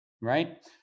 right